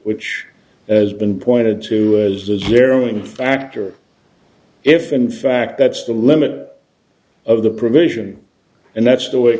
which as been pointed to zero in fact or if in fact that's the limit of the provision and that's the way